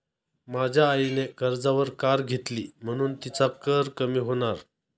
माझ्या आईने कर्जावर कार घेतली म्हणुन तिचा कर कमी होणार